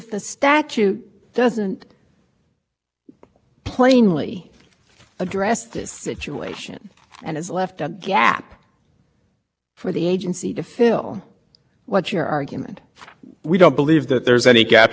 plainly address this situation and has left that gap for the agency to fill what's your argument we don't believe that there's any gap here because the deficiency clearly refers to a c one